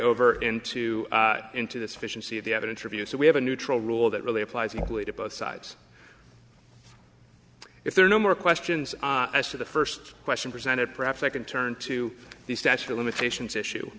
over into into this fish and see the evidence review so we have a neutral rule that really applies equally to both sides if there are no more questions as to the first question presented perhaps i can turn to the statute of limitations issue